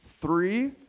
three